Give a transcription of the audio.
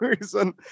reason